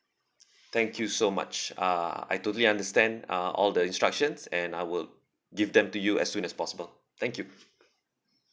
thank you so much uh I totally understand uh all the instructions and I will give them to you as soon as possible thank you